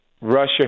Russia